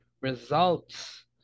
results